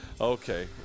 Okay